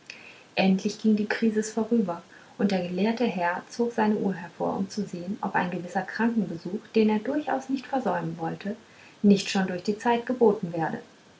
endlich ging die krisis vorüber und der gelehrte herr zog seine uhr hervor um zu sehen ob ein gewisser krankenbesuch den er durchaus nicht versäumen wollte nicht schon durch die zeit geboten werde